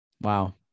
Wow